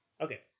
okay